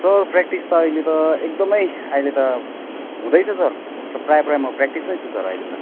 sir practice त अहिले त एकदमै अहिले त हुँदैछ सर प्रायः प्रायः म प्र्याक्टिसमै छु सर अहिले त